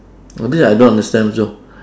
!wah! this I don't understand also